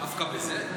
דווקא זה?